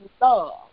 love